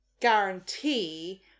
guarantee